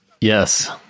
Yes